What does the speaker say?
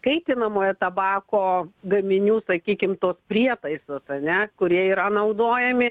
kaitinamojo tabako gaminių sakykim tuos prietaisus ane kurie yra naudojami